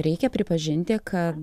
reikia pripažinti kad